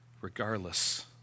regardless